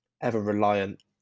ever-reliant